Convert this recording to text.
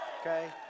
okay